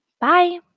Bye